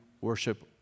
worship